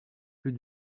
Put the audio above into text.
plus